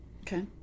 Okay